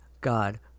God